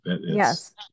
Yes